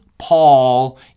Paul